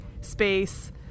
space